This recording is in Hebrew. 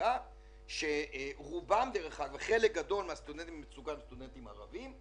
כאשר חלק גדול מהם הם סטודנטים ערבים,